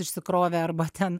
išsikrovė arba ten